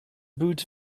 boots